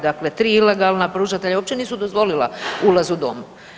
Dakle, tri ilegalna pružatelja uopće nisu dozvolila ulaz u dom.